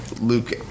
Luke